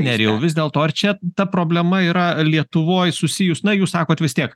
nerijau vis dėl to ar čia ta problema yra lietuvoj susijus na jūs sakote vis tiek